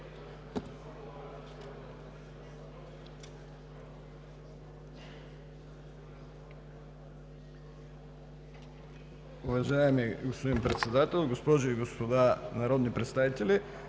Уважаеми господин Председател, госпожи и господа народни представители!